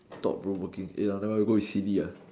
not provoking eh now now we go with C_D ah